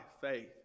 faith